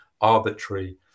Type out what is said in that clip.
arbitrary